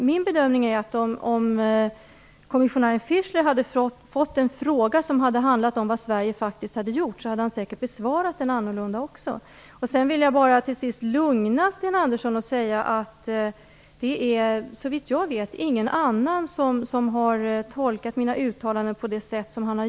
Min bedömning är att om kommissionären Fischler hade fått en fråga som hade handlat om vad Sverige faktiskt hade gjort, hade han säkerligen också lämnat ett annat svar. Jag vill till slut bara lugna Sten Andersson med att säga att såvitt jag vet har ingen annan tolkat mina uttalanden på samma sätt som han.